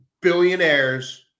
billionaires